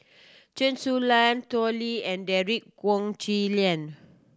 Chen Su Lan Tao Li and Derek Wong Zi Liang